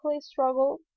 struggle